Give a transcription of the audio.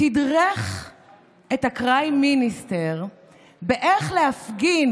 תדרך את ה-Crime Minister איך להפגין